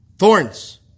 Thorns